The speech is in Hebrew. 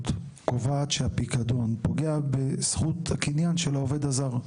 קובעת שהפיקדון פוגע בזכות הקניין של העובד הזר.